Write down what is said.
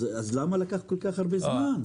אז למה לקח כל כך הרבה זמן?